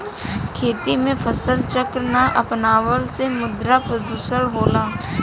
खेती में फसल चक्र ना अपनवला से मृदा प्रदुषण होला